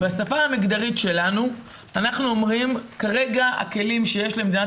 בשפה המגדרית שלנו אנחנו אומרים שכרגע הכלים שיש למדינת